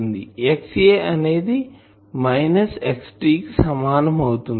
XA అనేది minus XT కి సమానం అవుతుంది